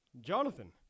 Jonathan